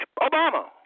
Obama